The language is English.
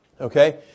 Okay